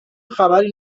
خبری